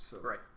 Right